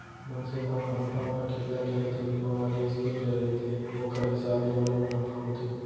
मनसे मन ह अपन अकेल्ला के हेल्थ बीमा वाले स्कीम ले रहिथे ओखर हिसाब ले ओला मुनाफा होथे